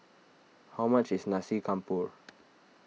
how much is Nasi Campur